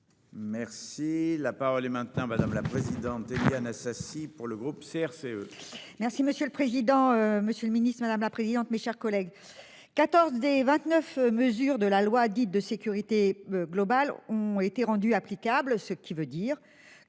Merci la parole est maintenant madame la présidente, Éliane Assassi. Pour le groupe CRCE. Merci monsieur le président, Monsieur le Ministre, madame la présidente, mes chers collègues. 14 des 29 mesures de la loi dite de sécurité globale ont été rendue applicable, ce qui veut dire